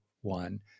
one